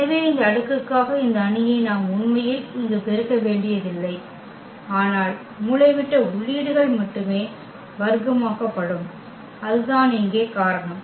எனவே இந்த அடுக்குக்காக இந்த அணியை நாம் உண்மையில் இங்கு பெருக்க வேண்டியதில்லை ஆனால் மூலைவிட்ட உள்ளீடுகள் மட்டுமே வர்க்கமாக்கப்படும் அதுதான் இங்கே காரணம்